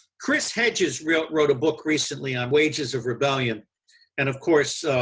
chris hedges wrote wrote a book recently on wages of rebellion and, of course,